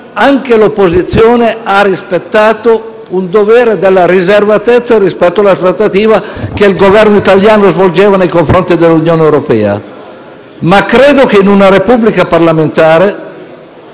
anche l'opposizione ha rispettato il dovere della riservatezza rispetto alla trattativa che il Governo italiano svolgeva con l'Unione europea. Credo però che in una repubblica parlamentare,